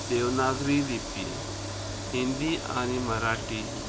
देवनागरी लिपी हिंदी आनी मराठी